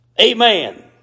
Amen